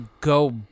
go